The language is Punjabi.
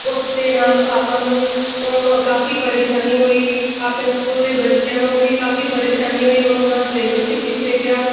ਉਸ ਦੇ ਨਾਲ ਆਪਾਂ ਨੂੰ ਕਾਫੀ ਪਰੇਸ਼ਾਨੀ ਹੋਈ ਆਪਣੇ ਸਕੂਲ ਦੇ ਬੱਚਿਆਂ ਨੂੰ ਵੀ ਕਾਫੀ ਪਰੇਸ਼ਾਨੀ ਹੋਈ ਉਹਨਾਂ ਦਾ ਸਿਲੇਬਸ ਸੀ ਪਿੱਛੇ ਗਿਆ